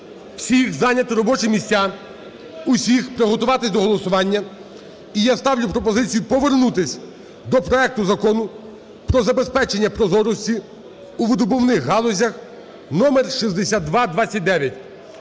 всіх зайняти робочі місця, усіх приготуватись до голосування. І я ставлю пропозицію повернутись до проекту Закону про забезпечення прозорості у видобувних галузях (№ 6229).